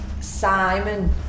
Simon